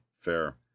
fair